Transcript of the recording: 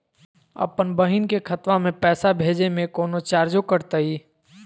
अपन बहिन के खतवा में पैसा भेजे में कौनो चार्जो कटतई?